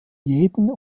jeden